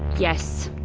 yes